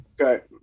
Okay